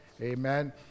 Amen